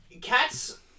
Cats